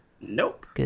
Nope